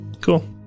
Cool